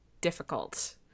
difficult